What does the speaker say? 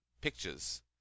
Pictures